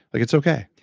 like, it's okay.